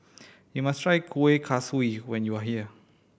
you must try Kueh Kaswi when you are here